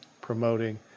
promoting